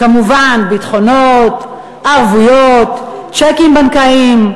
כמובן, ביטחונות, ערבויות, צ'קים בנקאיים.